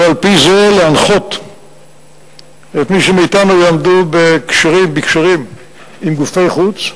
ועל-פי זה להנחות את מי שמאתנו יעמדו בקשרים עם גופי חוץ,